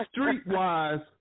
Streetwise